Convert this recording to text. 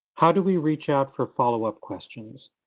how do we reach out for follow up questions?